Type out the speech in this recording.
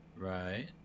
Right